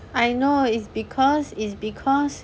I know is because is because